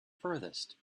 furthest